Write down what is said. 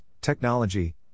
technology